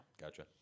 gotcha